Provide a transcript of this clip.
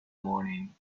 morning